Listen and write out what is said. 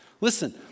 Listen